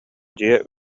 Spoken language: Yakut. дьиэ